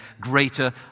greater